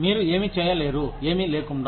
మీరు ఏమి చేయలేరు ఏమి లేకుండా